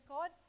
God